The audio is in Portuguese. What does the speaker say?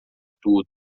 tudo